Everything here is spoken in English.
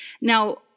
Now